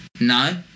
No